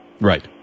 Right